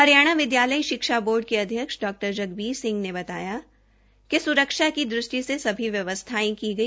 हरियाणा विद्यालय शिक्षा बोर्ड के अध्यक्ष डॉ जगबीर सिंह ने बताया कि सुरक्षा की दृष्टि से सभी व्यवस्थाएं की गई